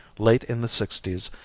late in the sixties,